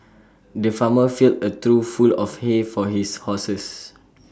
the farmer filled A trough full of hay for his horses